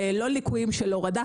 לא ליקויים של הורדה.